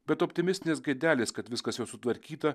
bet optimistinės gaidelės kad viskas jau sutvarkyta